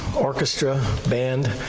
orchestra, band,